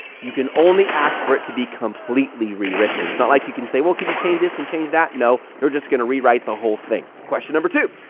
you can only ask for it to be completely rewritten. it's not like you can say, well can you change this and change that? no, they're just going to rewrite the whole thing. question number two,